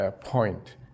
point